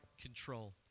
control